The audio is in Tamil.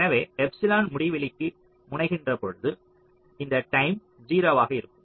எனவே எப்சிலன் முடிவிலிக்கு முனைகின்ற பொழுது இந்த டேர்ம் 0 ஆக இருக்கும்